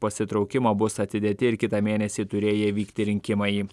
pasitraukimo bus atidėti ir kitą mėnesį turėję vykti rinkimai